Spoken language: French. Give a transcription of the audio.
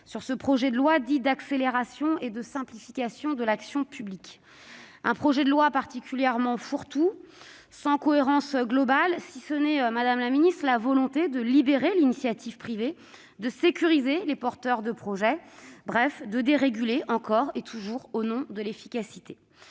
sur ce projet de loi dit d'accélération et de simplification de l'action publique, un projet de loi particulièrement fourre-tout, sans cohérence globale, si ce n'est la volonté de libérer l'initiative privée et de sécuriser les porteurs de projets, bref de déréguler encore et toujours au nom de l'efficacité.